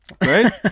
Right